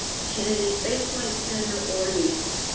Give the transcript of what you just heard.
ah kennedy space flight center, or houston.